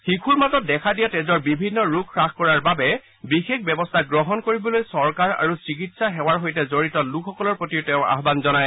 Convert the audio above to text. শিশুৰ মাজত দেখা দিয়া তেজৰ বিভিন্ন ৰোগ হ্বাস কৰাৰ বাবে বিশেষ ব্যৱস্থা গ্ৰহণ কৰিবলৈ চৰকাৰ আৰু চিকিৎসা সেৱাৰ সৈতে জড়িত লোকসকলৰ প্ৰতি তেওঁ আহান জনায়